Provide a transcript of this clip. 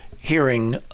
hearing